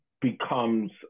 becomes